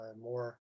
more